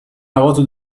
هواتو